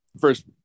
first